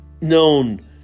known